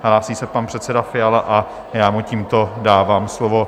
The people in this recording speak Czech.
Hlásí se pan předseda Fiala a já mu tímto dávám slovo.